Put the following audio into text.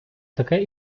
таке